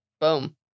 Boom